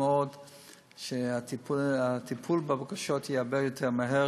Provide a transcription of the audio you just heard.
מאוד שהטיפול בבקשות יהיה הרבה יותר מהיר.